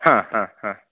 हा हा हा